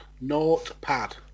Notepad